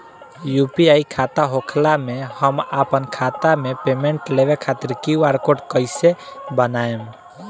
UPI खाता होखला मे हम आपन खाता मे पेमेंट लेवे खातिर क्यू.आर कोड कइसे बनाएम?